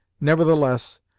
nevertheless